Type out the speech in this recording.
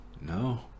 No